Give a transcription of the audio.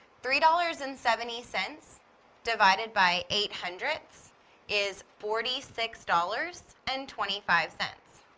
three dollars and seventy cents divided by eight hundredths is forty six dollars and twenty-five cents,